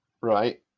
Right